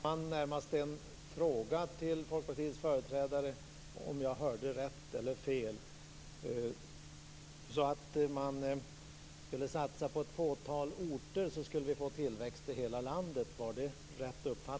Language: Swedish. Herr talman! Jag vill närmast ställa frågan till Folkpartiets företrädare om jag hörde rätt eller fel. Är det rätt uppfattat att man skulle satsa på ett fåtal orter, så skulle vi få tillväxt i hela landet?